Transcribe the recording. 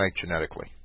genetically